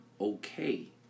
okay